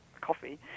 coffee